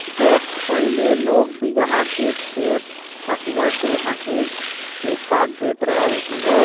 पहिले लोग बीघहा के खेत हंसुआ से हाथवे से काट देत रहल हवे